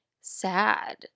sad